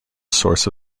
source